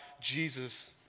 Jesus